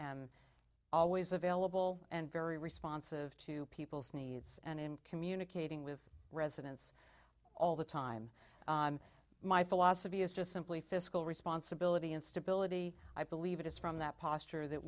am always available and very responsive to people's needs and in communicating with residents all the time my philosophy is just simply fiscal responsibility and stability i believe it is from that posture that